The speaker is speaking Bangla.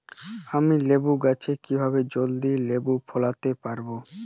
আমি লেবু গাছে কিভাবে জলদি লেবু ফলাতে পরাবো?